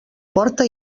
porta